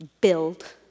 Build